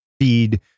feed